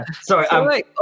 Sorry